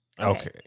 Okay